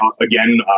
again